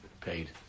paid